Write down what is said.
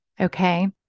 Okay